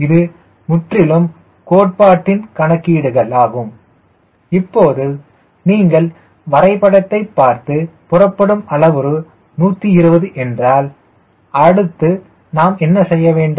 இது முற்றிலும் கோட்பாட்டின் கணக்கீடுகள் இப்போது நீங்கள் வரைபடத்தை பார்த்து புறப்படும் அளவுரு 120 என்றால் அடுத்து நாம் என்ன செய்ய வேண்டும்